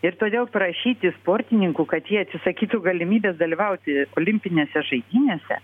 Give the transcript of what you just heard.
ir todėl prašyti sportininkų kad jie atsisakytų galimybės dalyvauti olimpinėse žaidynėse